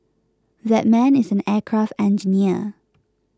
that man is an aircraft engineer